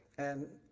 and,